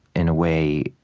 in a way,